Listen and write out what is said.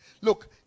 Look